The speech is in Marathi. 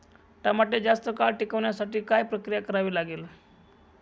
टमाटे जास्त काळ टिकवण्यासाठी काय प्रक्रिया करावी लागेल?